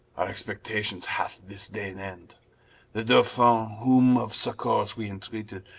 our expectation hath this day an end the dolphin, whom of succours we entreated,